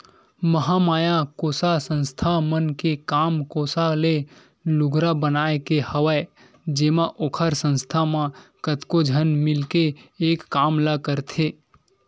महामाया कोसा संस्था मन के काम कोसा ले लुगरा बनाए के हवय जेमा ओखर संस्था म कतको झन मिलके एक काम ल करथे